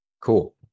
Cool